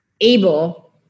able